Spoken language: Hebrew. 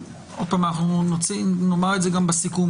עוד פעם, נאמר את זה גם בסיכום.